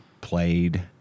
played